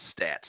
stats